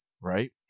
right